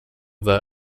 the